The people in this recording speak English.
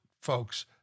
folks